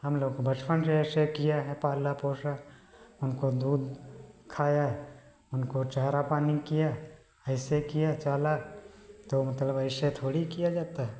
हम लोग बचपन से ऐसे किया है पाला पोसा हमको दूध खाया है उनको चारा पानी किया है ऐसे किया चारा तो मतलब ऐसे थोड़ी किया जाता है